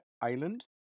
Island